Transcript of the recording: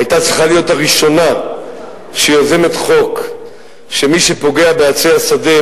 היתה צריכה להיות הראשונה שיוזמת חוק שמי שפוגע בעצי השדה,